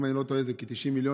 אם אני לא טועה, זה כ-90 מיליון.